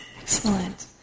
Excellent